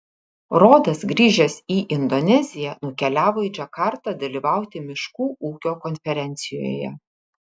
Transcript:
rodas grįžęs į indoneziją nukeliavo į džakartą dalyvauti miškų ūkio konferencijoje